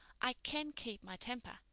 i can keep my temper.